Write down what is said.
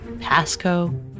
Pasco